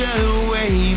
away